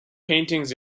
paintings